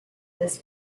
this